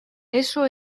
eso